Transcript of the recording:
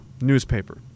newspaper